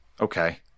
Okay